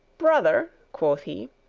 brother, quoth he,